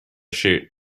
shoot